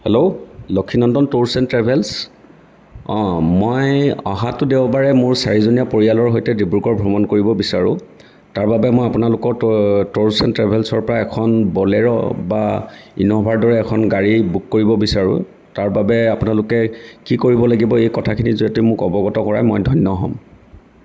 hello Lakshminandan tours and travels অঁ মই অহাটো দেওবাৰে মোৰ চাৰিজনীয়া পৰিয়ালৰ সৈতে ডিব্ৰুগড় ভ্ৰমণ কৰিব বিচাৰোঁ তাৰ বাবে মই আপোনালোকৰ ট' টুৰছ এণ্ড ট্ৰেভেলছৰ পৰা এখন বলেৰো বা ইনোভাৰ দৰে এখন গাড়ী বুক কৰিব বিচাৰোঁ তাৰ বাবে আপোনালোকে কি কৰিব লাগিব এই কথাখিন য'তে মোক অৱগত কৰাই মই ধন্য হ'ম